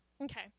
Okay